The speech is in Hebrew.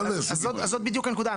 אז זו בדיוק הנקודה.